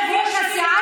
תסבירו איפה הוא.